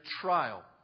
trial